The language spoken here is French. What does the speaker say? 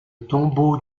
tombeau